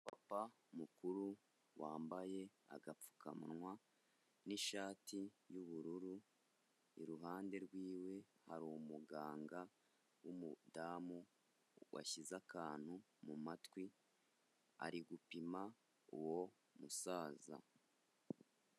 Umupapa mukuru wambaye agapfukawa n'ishati y'ubururu, iruhande rw'iwe hari umuganga w'umudamu washyize akantu mu matwi ari gupima uwo musaza.